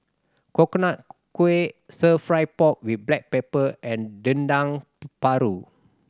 Coconut Kuih Stir Fry pork with black pepper and Dendeng Paru